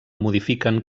modifiquen